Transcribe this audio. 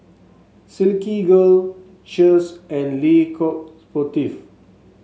Silkygirl Cheers and Le Coq Sportif